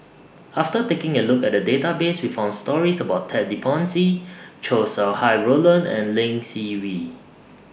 after taking A Look At The Database We found stories about Ted De Ponti Chow Sau Hai Roland and Lee Seng Wee